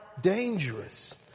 dangerous